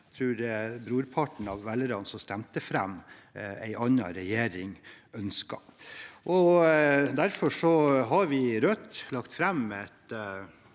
linjeskiftet som brorparten av velgerne som stemte fram en annen regjering, ønsket. Derfor har vi i Rødt lagt fram et